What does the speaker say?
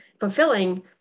fulfilling